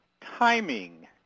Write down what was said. timing